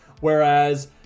whereas